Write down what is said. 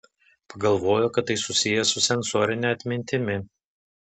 pagalvojo kad tai susiję su sensorine atmintimi